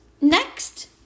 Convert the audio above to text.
Next